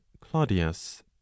claudius